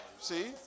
See